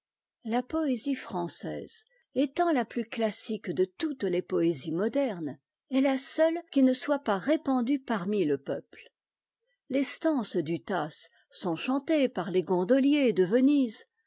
la poésie française étant la plus classique de toutes les poésies modernes est la seule qui ne soit pas répandue parmi le peuple les stances du tasse sont chantées par les gondoliers de venise